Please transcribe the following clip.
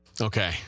Okay